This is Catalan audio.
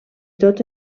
tot